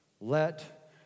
Let